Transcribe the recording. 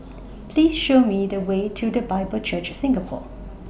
Please Show Me The Way to The Bible Church Singapore